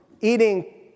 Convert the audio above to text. eating